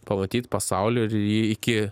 pamatyt pasaulį ir jį iki